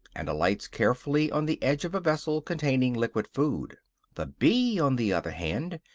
and alights carefully on the edge of a vessel containing liquid food the bee, on the other hand,